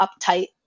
uptight